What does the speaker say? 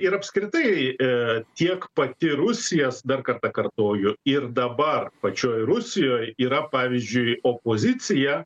ir apskritai e tiek pati rusija dar kartą kartoju ir dabar pačioj rusijoj yra pavyzdžiui opozicija